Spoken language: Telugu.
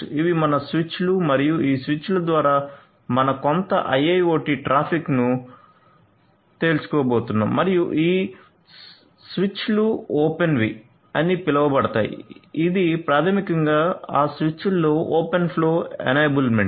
ఇవి మన స్విచ్లు మరియు ఈ స్విచ్ల ద్వారా మనం కొంత IIoT ట్రాఫిక్ను తేలుకోబోతున్నాం మరియు ఈ స్విచ్లు ఓపెన్వి అని పిలువబడతాయి ఇది ప్రాథమికంగా ఆ స్విచ్లలో ఓపెన్ ఫ్లో ఎనేబుల్మెంట్